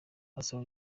asaba